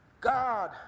God